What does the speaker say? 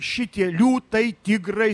šitie liūtai tigrai